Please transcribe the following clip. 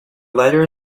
letter